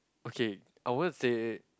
okay I won't say